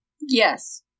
Yes